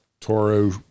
Toro